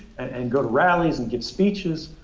and and go to rallies and give speeches.